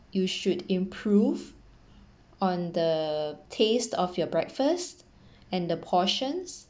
you should improve on the taste of your breakfast and the portions